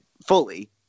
fully